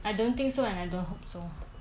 I don't think so and I don't hope so